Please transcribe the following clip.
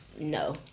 No